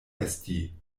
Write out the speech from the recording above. esti